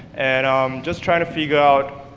and i'm just trying to figure out,